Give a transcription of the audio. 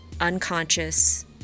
unconscious